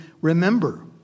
remember